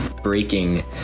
breaking